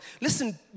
Listen